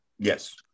Yes